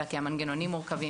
אלא כי המנגנונים מורכבים,